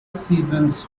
seasons